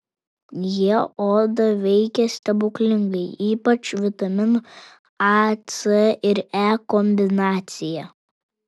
jie odą veikia stebuklingai ypač vitaminų a c ir e kombinacija